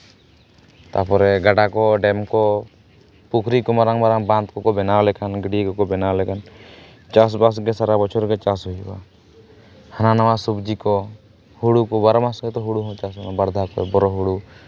ᱛᱟᱯᱚᱨᱮ ᱜᱟᱰᱟ ᱠᱚ ᱰᱮᱢ ᱠᱚ ᱯᱩᱠᱷᱨᱤ ᱠᱚ ᱢᱟᱨᱟᱝᱼᱢᱟᱨᱟᱝ ᱵᱟᱸᱫᱽ ᱠᱚ ᱠᱚ ᱵᱮᱱᱟᱣ ᱞᱮᱠᱷᱟᱱ ᱜᱟᱹᱰᱭᱟᱹ ᱠᱚᱠᱚ ᱵᱮᱱᱟᱣ ᱞᱮᱠᱷᱟᱱ ᱪᱟᱥᱼᱵᱟᱥ ᱜᱮ ᱥᱟᱨᱟ ᱵᱚᱪᱷᱚᱨ ᱜᱮ ᱪᱟᱥ ᱦᱩᱭᱩᱜᱼᱟ ᱦᱟᱱᱟ ᱱᱟᱣᱟ ᱥᱚᱵᱽᱡᱤ ᱠᱚ ᱦᱩᱲᱩ ᱠᱚ ᱵᱟᱨᱚ ᱢᱟᱥ ᱜᱮᱛᱚ ᱦᱩᱲᱩ ᱦᱚᱸ ᱪᱟᱥ ᱜᱟᱱᱚᱜᱼᱟ ᱵᱟᱨ ᱫᱷᱟᱣ ᱛᱮ ᱵᱚᱨᱳ ᱦᱩᱲᱩ